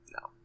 no